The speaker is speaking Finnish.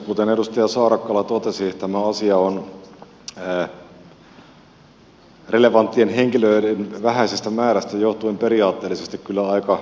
kuten edustaja saarakkala totesi tämä asia on relevanttien henkilöiden vähäisestä määrästä johtuen periaatteellisesti kyllä aika ongelmallinen